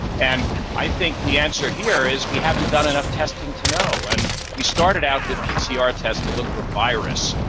and i think the answer here is we haven't done enough testing to know, and we started out with pcr tests to look for virus,